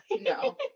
no